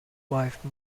wife